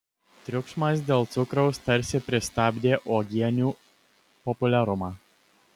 triukšmas dėl cukraus tarsi pristabdė uogienių populiarumą